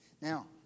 Now